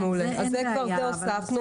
את זה הוספנו.